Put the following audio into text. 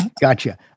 gotcha